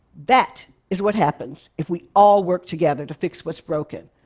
that is what happens if we all work together to fix what's broken.